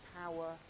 power